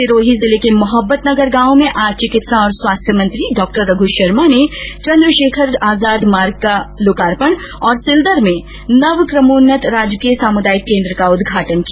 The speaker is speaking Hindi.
सिरोही जिले के मोहब्बतनगर गांव में आज चिकित्सा और स्वास्थ्य मंत्री डॉ रघ् शर्मा ने चन्द्रशेखर आज़ाद मार्ग का लोकार्पण और सिलदर में नवक्रमोन्नत राजकीय सामुदायिक केन्द्र का उद्घाटन किया